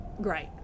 great